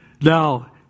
Now